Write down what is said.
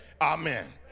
Amen